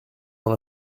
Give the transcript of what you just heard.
dans